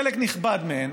חלק נכבד מהן,